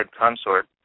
Consort